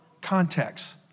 Context